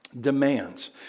Demands